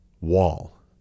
wall